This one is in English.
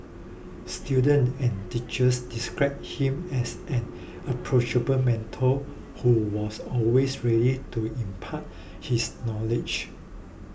students and teachers described him as an approachable mentor who was always ready to impart his knowledge